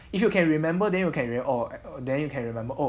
if you can remember then you can remember orh then you can remember oh